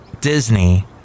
Disney